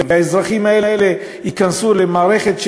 והאזרחים האלה ייכנסו למערכת,